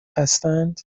هستند